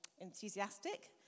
enthusiastic